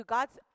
God's